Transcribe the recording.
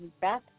Beth